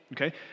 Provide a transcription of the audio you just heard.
Okay